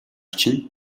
чинь